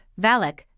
Valak